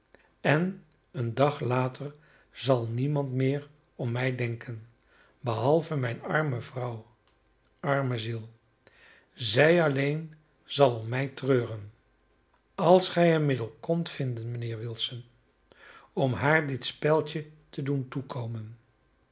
en een dag later zal niemand meer om mij denken behalve mijne arme vrouw arme ziel zij alleen zal om mij treuren als gij een middel kondt vinden mijnheer wilson om haar dit speldje te doen toekomen